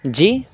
جی